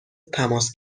تماس